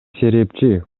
серепчи